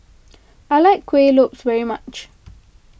I like Kuih Lopes very much